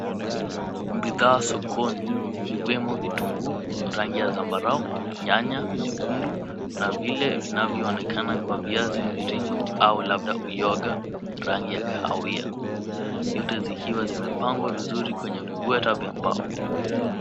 Bidhaa sokoni zikiwemo vitunguu rangi ya zambarau, nyanya nyekundu na vile vinavyoonekana kuwa viazi mviringo au labda uyoga rangi ya kahawia. Vyote zikiwa vimepangwa vizuri kwenye vibweta vya mbao.